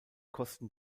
kosten